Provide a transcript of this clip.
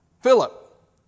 Philip